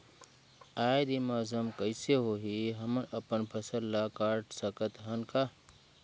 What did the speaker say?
आय दिन मौसम कइसे होही, हमन अपन फसल ल काट सकत हन का?